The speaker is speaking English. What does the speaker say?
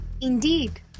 indeed